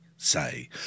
say